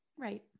Right